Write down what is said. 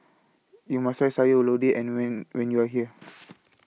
YOU must Try Sayur Lodeh and when when YOU Are here